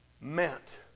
meant